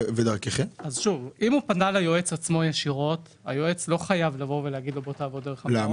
אם הוא פנה ליועץ ישירות היועץ לא חייב להגיד לו: בוא תעבוד דרך המעוף.